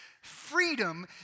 freedom